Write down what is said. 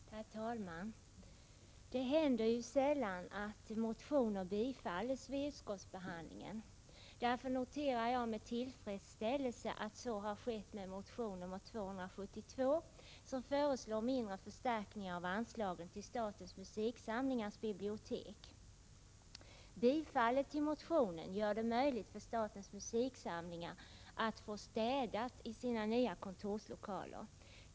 Herr talman! Det händer ju sällan att motioner tillstyrks vid utskottsbehandlingen. Därför noterar jag med tillfredsställelse att så har skett med motion Kr272, som föreslår mindre förstärkningar av anslagen till Statens musiksamlingars bibliotek. Tillstyrkandet gör det möjligt för Statens musiksamlingar att få städat i sina nya kontorslokaler.